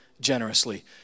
generously